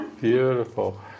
Beautiful